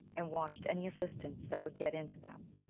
and watched any assistance that would get in to them,